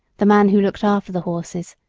the man who looked after the horses,